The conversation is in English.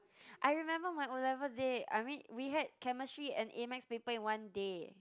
I remember my O-level day I mean we had Chemistry and A-Maths paper in one day